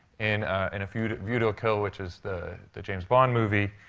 in in a view to view to a kill, which is the the james bond movie,